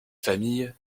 famille